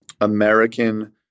American